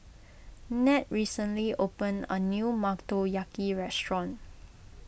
Ned recently opened a new Motoyaki restaurant